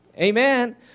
Amen